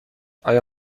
آیا